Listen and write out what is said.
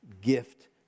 gift